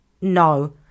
no